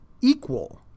equal